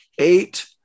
eight